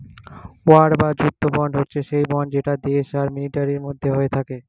war বা যুদ্ধ bond হচ্ছে সেই বন্ড যেটা দেশ আর মিলিটারির মধ্যে হয়ে থাকে